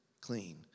clean